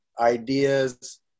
ideas